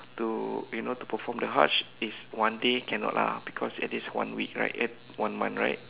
to you know to perform the Hajj it's one day cannot lah because it's at least one week right eh one month right